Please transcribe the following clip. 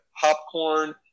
popcorn